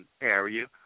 area